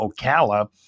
Ocala